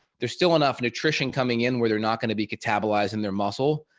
there's still enough nutrition coming in where they're not going to be metabolized in their muscle,